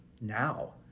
now